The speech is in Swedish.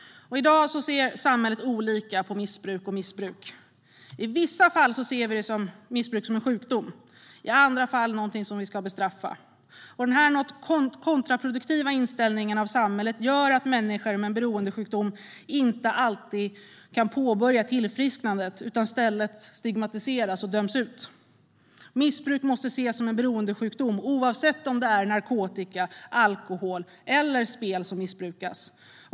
I dag ser samhället olika på missbruk och missbruk. I vissa fall ser man missbruk som en sjukdom och i andra fall som något som ska bestraffas. Denna något kontraproduktiva inställning från samhället gör att människor med en beroendesjukdom inte alltid kan påbörja tillfrisknandet utan i stället stigmatiseras och döms ut. Missbruk måste ses som en beroendesjukdom oavsett om det är narkotika, alkohol eller spel som missbrukas.